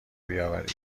بیاورید